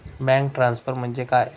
Bank transfer म्हणजे काय?